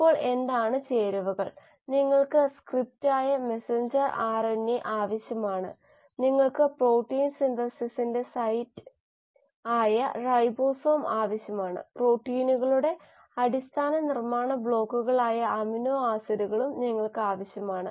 ഇപ്പോൾ എന്താണ് ചേരുവകൾ നിങ്ങൾക്ക് സ്ക്രിപ്റ്റായ മെസഞ്ചർ ആർഎൻഎ ആവശ്യമാണ് നിങ്ങൾക്ക് പ്രോട്ടീൻ സിന്തസിസിന്റെ സൈറ്റ് ആയ റൈബോസോം ആവശ്യമാണ് പ്രോട്ടീനുകളുടെ അടിസ്ഥാന നിർമ്മാണ ബ്ലോക്കുകൾ ആയ അമിനോ ആസിഡുകളും നിങ്ങൾക്ക് ആവശ്യമാണ്